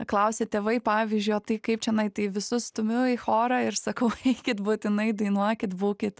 klausia tėvai pavyzdžio tai kaip čionai tai visus stumiu į chorą ir sakau eikit būtinai dainuokit būkit